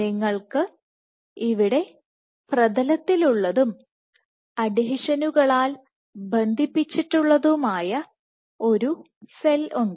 നിങ്ങൾക്ക് ഇവിടെപ്രതലത്തിൽ ഉള്ളതും അഡ്ഹീഷനുകളാൽ ബന്ധിപ്പിച്ചിട്ടുള്ളതുമായ ഒരു സെൽഉണ്ട്